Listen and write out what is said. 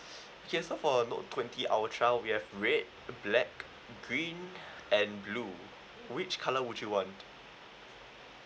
okay so for a note twenty ultra we have red black green and blue which colour would you want